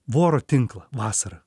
voro tinklą vasarą